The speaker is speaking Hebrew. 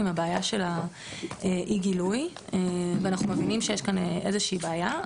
עם הבעיה של אי הגילוי ואנחנו מבינים שיש כאן איזה שהיא בעיה,